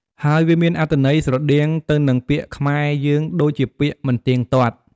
ហើយវាមានអត្ថន័យស្រដៀងទៅនឹងពាក្យខ្មែរយើងដូចជាពាក្យ មិនទៀងទាត់។